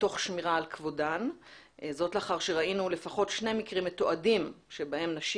תוך שמירה על כבודן זאת לאחר שראינו לפחות שני מקרים מתועדים בהם נשים